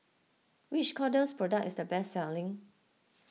which Kordel's product is the best selling